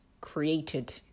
created